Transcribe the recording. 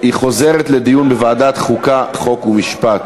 לוועדת החוקה, חוק ומשפט